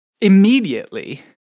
immediately